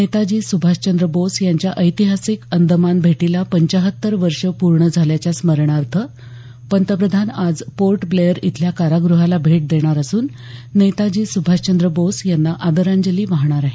नेताजी सुभाषचंद्र बोस यांच्या ऐतिहासिक अंदमान भेटीला पंचाहत्तर वर्षं पूर्ण झाल्याच्या स्मरणार्थ पंतप्रधान आज पोर्ट ब्लेअर इथल्या काराग्रहाला भेट देणार असून नेताजी सुभाषचंद्र बोस यांना आदरांजली वाहणार आहेत